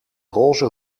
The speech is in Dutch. roze